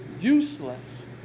useless